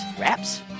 wraps